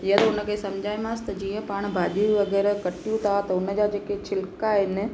हीअंर हुन खे सम्झायोमांसि त जीअं पाण भाॼियूं वग़ैरह कटियूं था त उन जा जेके छिलका आहिनि